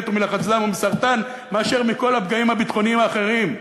ומלחץ דם ומסרטן מאשר מכל הפגעים הביטחוניים האחרים?